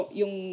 yung